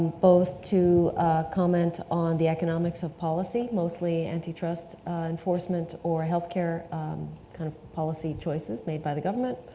both to comment on the economics of policy, mostly antitrust enforcement or healthcare kind of policy choices made by the government.